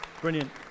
Brilliant